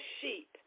sheep